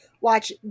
Watch